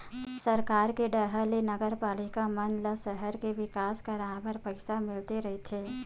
सरकार के डाहर ले नगरपालिका मन ल सहर के बिकास कराय बर पइसा मिलते रहिथे